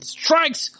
strikes